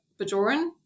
Bajoran